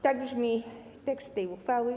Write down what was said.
Tak brzmi tekst tej uchwały.